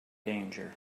danger